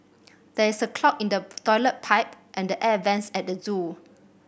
there is a clog in the toilet pipe and the air vents at the zoo